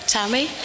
Tammy